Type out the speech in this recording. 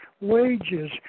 wages